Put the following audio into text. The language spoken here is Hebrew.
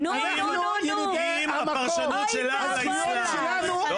אני קובע דבר אחד -- הזכויות שלנו נקבעות שאנחנו